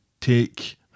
take